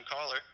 caller